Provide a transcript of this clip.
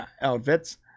outfits